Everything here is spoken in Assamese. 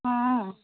অঁ